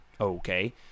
okay